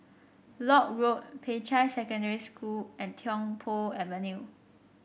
Lock Road Peicai Secondary School and Tiong Poh Avenue